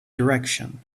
direction